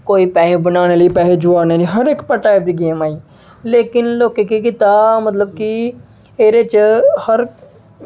कोई पैसे बनाने लेई कोई पैसे जोआड़ने लेई हर इक टाइप दी गेम आई लेकिन लोकें केह् कीता मतलब कि एह्दे च हर